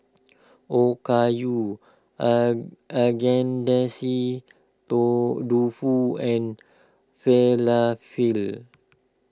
Okayu Agedashi Dofu and Falafel